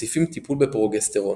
מוסיפים טיפול בפרוגסטרון,